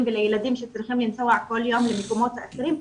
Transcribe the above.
ולילדים שצריכים לנסוע כל יום למקומות אחרים.